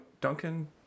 Duncan